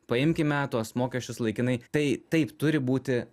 paimkime tuos mokesčius laikinai tai taip turi būti